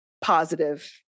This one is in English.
positive